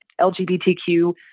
LGBTQ